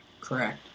Correct